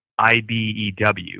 IBEW